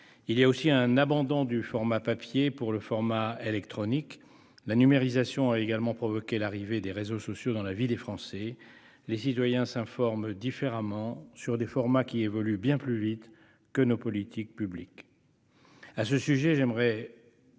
Il y a aussi un abandon du format papier en faveur du format électronique. La numérisation a également provoqué l'arrivée des réseaux sociaux dans la vie des Français. Les citoyens s'informent différemment, sur des formats qui évoluent bien plus vite que nos politiques publiques.